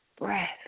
breath